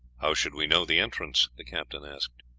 how should we know the entrance? the captain asked.